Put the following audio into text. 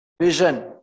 vision